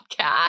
podcast